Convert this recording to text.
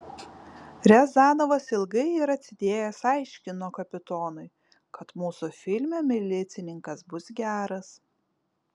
riazanovas ilgai ir atsidėjęs aiškino kapitonui kad mūsų filme milicininkas bus geras